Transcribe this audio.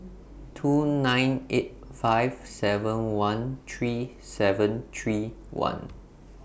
two nine eight five seven one three seven three one